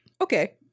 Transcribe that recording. Okay